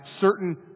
certain